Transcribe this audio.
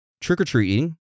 trick-or-treating